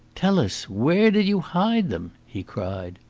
tell us where did you hide them? he cried.